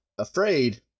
Afraid